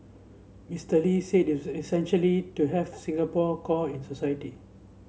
Mister Lee said it was essential to have Singapore core in society